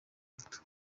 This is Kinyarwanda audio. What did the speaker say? hato